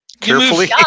Carefully